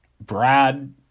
Brad